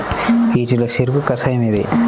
వీటిలో చెరకు కషాయం ఏది?